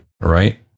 right